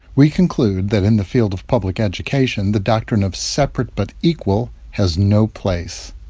we conclude that, in the field of public education, the doctrine of separate but equal has no place.